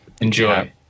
enjoy